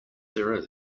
there